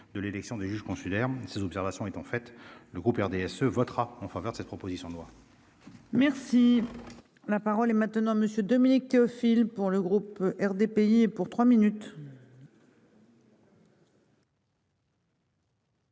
de l'élection des juges consulaires, ces observations est en fait le groupe RDSE votera en faveur de cette proposition de loi. Merci, la parole est maintenant Monsieur Dominique Théophile pour le groupe RDPI et pour trois minutes.